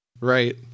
Right